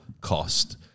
cost